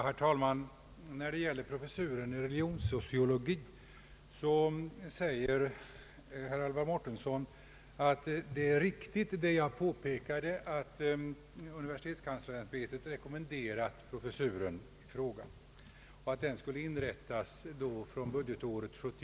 Herr talman! När det gäller professuren i religionssociologi, sade herr Alvar Mårtensson att det är riktigt vad jag påpekade, nämligen att universitetskanslersämbetet rekommenderat professuren i fråga och att den skulle inrättas budgetåret 1971/72.